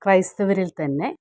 ക്രൈസ്തവരിൽ തന്നെ